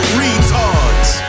retards